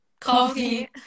Coffee